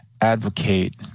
advocate